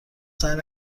سعی